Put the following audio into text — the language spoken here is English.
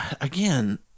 again